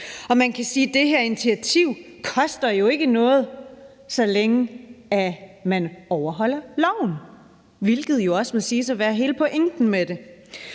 kr. Man kan sige, at det her initiativ jo ikke koster noget, så længe man overholder loven, hvilket jo også må siges at være hele pointen med det.